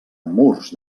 murs